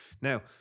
Now